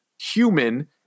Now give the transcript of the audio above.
human